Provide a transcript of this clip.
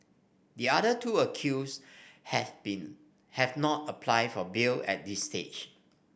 the other two accused have been have not applied for bail at this stage